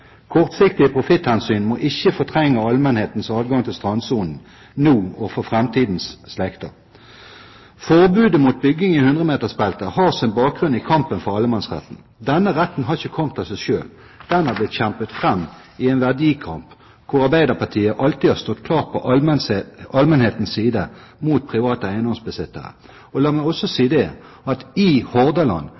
Kortsiktige profitthensyn må ikke fortrenge allmennhetens adgang til strandsonen, nå og for framtidens slekter. Forbudet mot bygging i 100-metersbeltet har sin bakgrunn i kampen for allemannsretten. Denne retten har ikke kommet av seg selv, den har blitt kjempet fram i en verdikamp hvor Arbeiderpartiet alltid har stått klart på allmennhetens side mot private eiendomsbesittere. La meg også si at i Hordaland